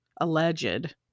alleged